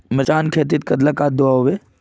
मिर्चान खेतीत कतला खाद दूबा होचे?